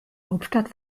hauptstadt